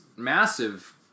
massive